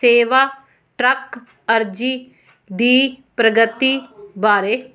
ਸੇਵਾ ਟਰੱਕ ਅਰਜੀ ਦੀ ਪ੍ਰਗਤੀ ਬਾਰੇ